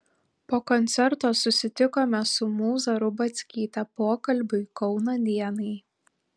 po koncerto susitikome su mūza rubackyte pokalbiui kauno dienai